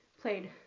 played